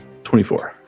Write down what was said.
24